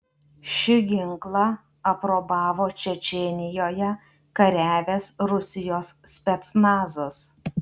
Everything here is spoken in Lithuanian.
šį ginklą aprobavo čečėnijoje kariavęs rusijos specnazas